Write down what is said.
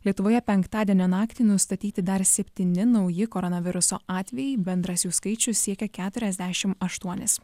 lietuvoje penktadienio naktį nustatyti dar septyni nauji koronaviruso atvejai bendras jų skaičius siekia keturiasdešimt aštuonis